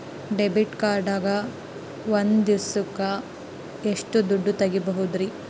Debit card ದಾಗ ಒಂದ್ ದಿವಸಕ್ಕ ಎಷ್ಟು ದುಡ್ಡ ತೆಗಿಬಹುದ್ರಿ?